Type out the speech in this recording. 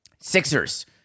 Sixers